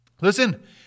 Listen